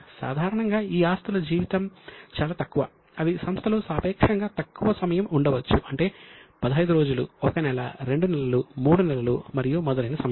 సాధారణంగా ఈ ఆస్తుల జీవితం చాలా తక్కువ అవి సంస్థలో సాపేక్షంగా తక్కువ సమయం ఉండవచ్చు అంటే 15 రోజులు 1 నెల 2 నెలలు 3 నెలలు మరియు మొదలైన సమయం